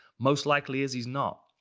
most likely is, he's not.